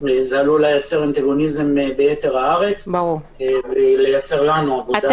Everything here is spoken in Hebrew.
זה עלול לייצר אנטגוניזם ביתר הארץ ולייצר לנו עבודה.